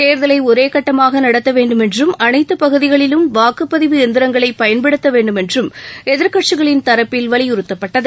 தேர்தலைஒரேகட்டமாகநடத்தவேண்டுமென்றும் அனைத்துபகுதிகளிலும் வாக்குப்பதிவு எந்திரங்களைபயன்படுத்தவேண்டுமென்றும் எதிர்க்கட்சிகளின் தரப்பில் வலியுறுத்தப்பட்டது